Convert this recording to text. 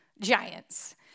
giants